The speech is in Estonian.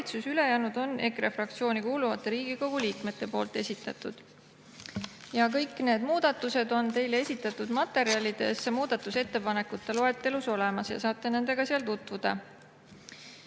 ülejäänud on EKRE fraktsiooni kuuluvate Riigikogu liikmete esitatud. Kõik need on teile esitatud materjalides muudatusettepanekute loetelus olemas ja saate nendega tutvuda.